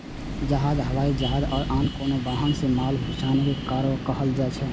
जहाज, हवाई जहाज या आन कोनो वाहन सं माल पहुंचेनाय कार्गो कहल जाइ छै